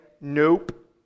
Nope